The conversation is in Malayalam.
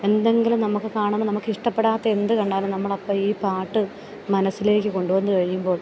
എന്തെങ്കിലും നമുക്ക് കാണുമ്പോൾ നമുക്ക് ഇഷ്ടപ്പെടാത്ത എന്ത് കണ്ടാലും നമ്മളപ്പം ഈ പാട്ട് മനസ്സിലേയ്ക്ക് കൊണ്ടു വന്ന് കഴിയുമ്പോൾ